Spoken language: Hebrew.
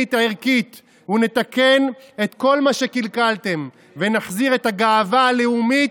לאומית ערכית ונתקן את כל מה שקלקלתם ונחזיר את הגאווה הלאומית,